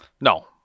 No